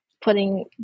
putting